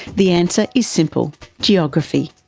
the answer is simple geography.